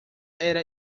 era